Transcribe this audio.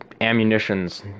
ammunition's